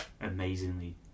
amazingly